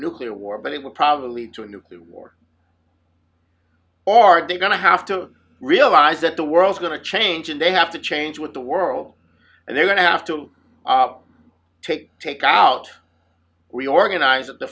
nuclear war but it will probably lead to a nuclear war or are they going to have to realize that the world's going to change and they have to change with the world and they're going to have to take take out reorganize